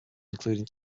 including